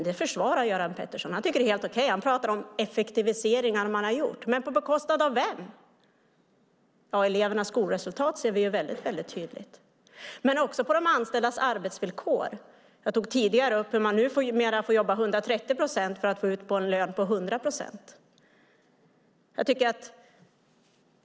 Det försvarar Göran Pettersson. Han tycker att det är helt okej. Han pratar om effektiviseringar som har gjorts. På bekostnad av vem? Vi ser tydligt att det är på bekostnad av elevernas skolresultat, men också på bekostnad av de anställdas arbetsvillkor. Jag tog tidigare upp att man numera måste jobba 130 procent för att få ut en lön på 100 procent.